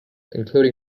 including